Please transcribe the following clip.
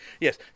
Yes